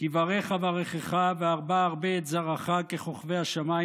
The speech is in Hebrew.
"כי ברך אברכך והרבה ארבה את זרעך ככוכבי השמים